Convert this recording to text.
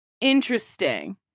Interesting